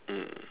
mm